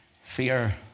Fear